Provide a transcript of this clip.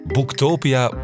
Boektopia